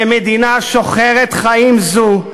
במדינה שוחרת חיים זו,